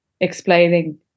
explaining